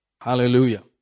Hallelujah